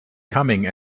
coming